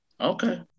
Okay